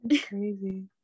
crazy